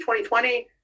2020